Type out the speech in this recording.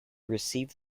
received